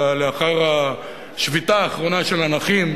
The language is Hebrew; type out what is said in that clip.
אלא לאחר השביתה האחרונה של הנכים,